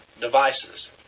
devices